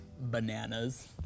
Bananas